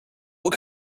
what